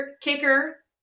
kicker